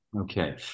Okay